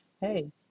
Hey